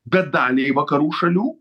bet daliai vakarų šalių